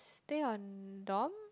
stay on dorm